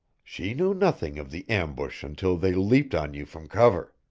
she knew nothing of the ambush until they leaped on you from cover.